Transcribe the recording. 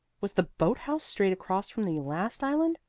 was the boat-house straight across from the last island,